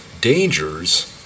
dangers